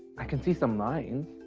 i can see some lines.